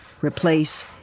replace